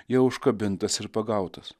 jau užkabintas ir pagautas